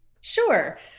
Sure